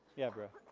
yeah bro.